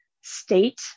state